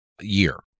year